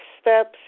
Steps